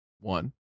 One